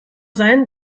sein